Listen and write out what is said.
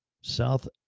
South